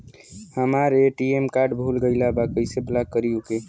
हमार ATM card भूला गईल बा कईसे ब्लॉक करी ओके?